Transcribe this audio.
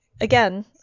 Again